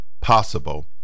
possible